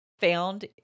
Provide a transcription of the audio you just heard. found